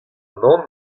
nann